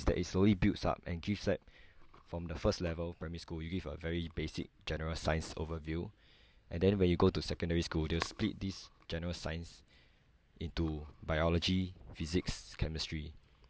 is that it slowly builds up and give that from the first level primary school you give a very basic general science overview and then when you go to secondary school they'll split this general science into biology physics chemistry